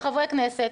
כחברי כנסת,